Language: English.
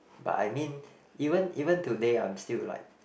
but I mean even even today I'm still like